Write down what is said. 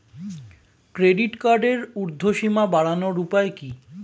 Credit কার্ডের উর্ধ্বসীমা বাড়ানোর উপায় কি?